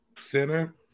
center